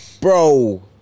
Bro